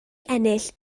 ennill